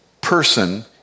person